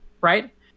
right